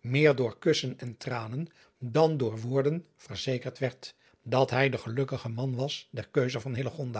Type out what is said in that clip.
meer door kussen en tranen dan door woorden verzekerd werd dat hij de gelukkige man was der keuze van